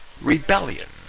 rebellion